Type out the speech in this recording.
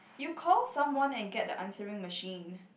you call someone and get the answering machine